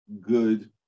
good